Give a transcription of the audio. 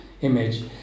image